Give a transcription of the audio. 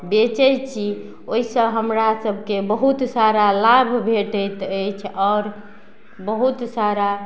बेचय छी ओइसँ हमरा सभके बहुत सारा लाभ भेटैत अछि आओर बहुत सारा